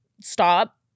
stop